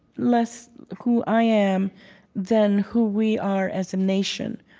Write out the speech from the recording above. less who i am than who we are as a nation.